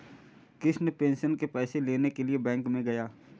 Krishna pension के पैसे लेने के लिए बैंक में गया